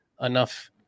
enough